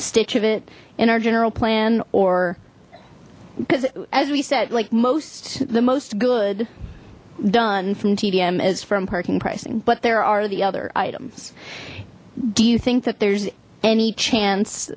stitch of it in our general plan or because as we said like most the most good done from tdm is from parking pricing but there are the other items do you think that there's any chance